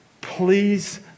Please